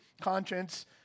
conscience